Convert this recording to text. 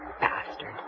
Bastard